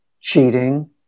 cheating